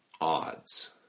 odds